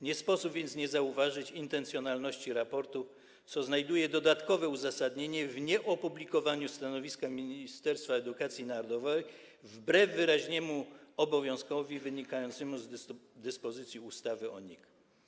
Nie sposób więc nie zauważyć intencjonalności raportu, co znajduje dodatkowe uzasadnienie w nieopublikowaniu stanowiska Ministerstwa Edukacji Narodowej wbrew wyraźnemu obowiązkowi wynikającemu z dyspozycji ustawy o NIK.